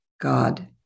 God